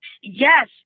Yes